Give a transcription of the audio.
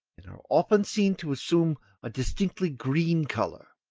and are often seen to assume a distinctly green colour.